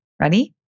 Ready